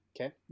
Okay